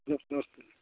नमस्ते नमस्